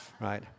Right